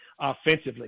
offensively